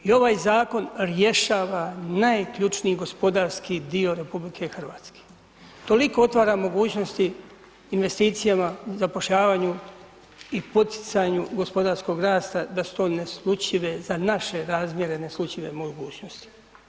I ovaj zakon rješava najključniji gospodarski dio RH, toliko otvara mogućnosti investicijama, zapošljavanju i poticanju gospodarskog rasta da su to neslućive, za naše razmjere neslućive mogućnosti.